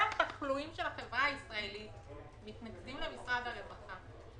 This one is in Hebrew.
כל התחלואים של החברה הישראלית נכנסים למשרד הרווחה,